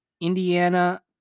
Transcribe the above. Indiana